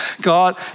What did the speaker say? God